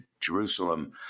Jerusalem